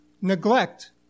neglect